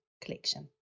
Collection